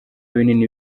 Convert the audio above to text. binini